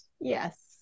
Yes